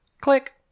click